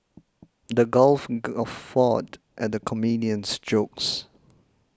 the crowd guffawed at the comedian's jokes